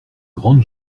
grande